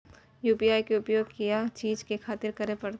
UPI के उपयोग किया चीज खातिर करें परे छे?